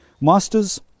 Masters